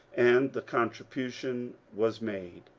and the contribution was made.